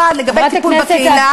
אחת, לגבי טיפול בקהילה,